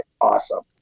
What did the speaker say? Awesome